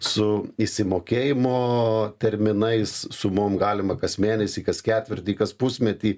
su išsimokėjimo terminais sumom galima kas mėnesį kas ketvirtį kas pusmetį